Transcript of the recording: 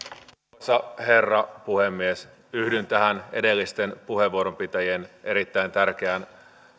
arvoisa herra puhemies yhdyn tähän edellisten puheenvuoron käyttäjien erittäin tärkeään